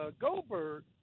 Goldberg